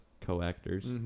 co-actors